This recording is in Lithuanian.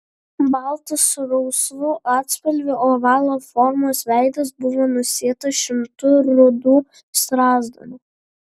baltas su rausvu atspalviu ovalo formos veidas buvo nusėtas šimtų rudų strazdanų